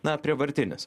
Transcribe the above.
na prievartinis